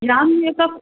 जाम ॾींहं खां